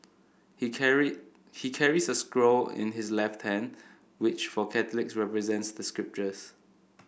he carry he carries a scroll in his left hand which for Catholics represents the scriptures